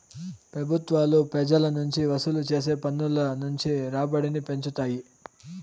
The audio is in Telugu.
పెబుత్వాలు పెజల నుంచి వసూలు చేసే పన్నుల నుంచి రాబడిని పెంచుతాయి